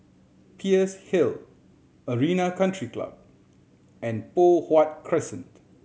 Peirce Hill Arena Country Club and Poh Huat Crescent